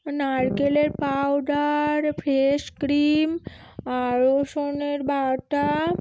নারকেলের powder fresh cream আর রসুনের বাটা